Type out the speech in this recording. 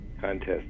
contest